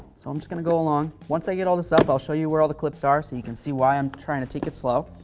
so i'm just going to go along. once i get all this up, i'll show you where all the clips are so you can see why i'm trying to take it slow.